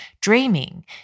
dreaming